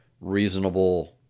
reasonable